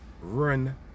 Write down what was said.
run